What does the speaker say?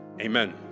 amen